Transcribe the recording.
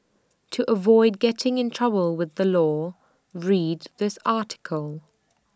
to avoid getting in trouble with the law read this article